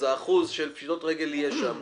אז האחוז של פשיטות רגל יהיה שם,